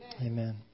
Amen